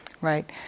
right